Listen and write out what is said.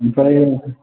ओमफ्राय